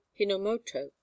Hinomoto